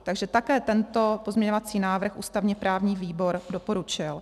Takže také tento pozměňovací návrh ústavněprávní výbor doporučil.